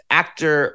actor